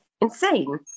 Insane